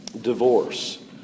divorce